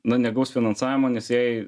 na negaus finansavimo nes jai